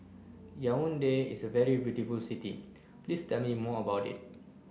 Yaounde is a very beautiful city Please tell me more about it